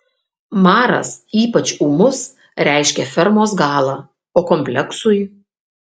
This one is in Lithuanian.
maras ypač ūmus reiškia fermos galą o kompleksui